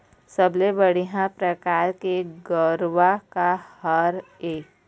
सबले बढ़िया परकार के गरवा का हर ये?